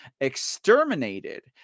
exterminated